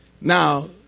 Now